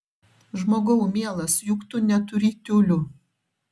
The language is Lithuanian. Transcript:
žmogau mielas juk tu neturi tiulių